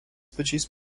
pačiais